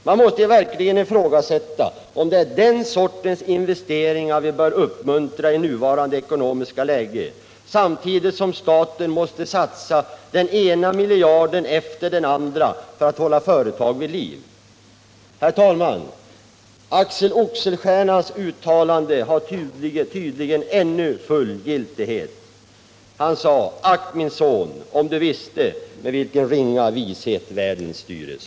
Man måste verkligen ifrågasätta om det är den sortens investeringar vi bör uppmuntra i nuvarande ekonomiska läge, samtidigt som staten måste satsa den ena miljarden efter den andra för att hålla företag vid liv. Herr talman! Axel Oxenstiernas uttalande äger tydligen ännu full giltighet. Han sade: Ack, min son, om du visste med huru ringa vishet världen styres!